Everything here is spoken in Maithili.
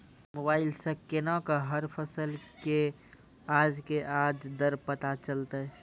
मोबाइल सऽ केना कऽ हर फसल कऽ आज के आज दर पता चलतै?